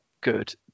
good